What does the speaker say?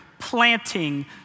planting